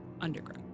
underground